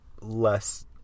less